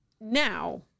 now